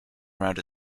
around